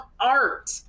art